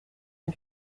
une